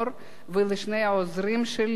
ולשני העוזרים שלי,